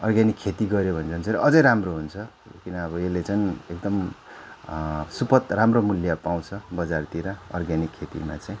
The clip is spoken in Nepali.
अर्ग्यानिक खेती गऱ्यो भने झन् साह्रो अझै राम्रो हुन्छ किन अब यसले चाहिँ एकदम सुपथ राम्रो मूल्य पाउँछ बजारतिर अर्ग्यानिक खेतीमा चाहिँ